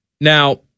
Now